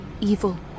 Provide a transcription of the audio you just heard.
evil